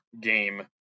game